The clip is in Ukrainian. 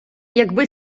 якби